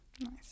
nice